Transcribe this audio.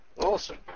Awesome